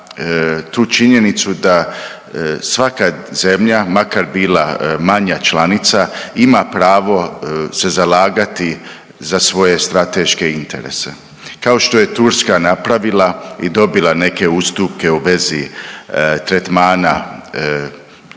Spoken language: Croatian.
tu činjenicu da svaka zemlja makar bila manja članica ima pravo se zalagati za svoje strateške interese kao što je Turska napravila i dobila neke ustupke u vezi tretmana